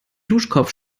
duschkopf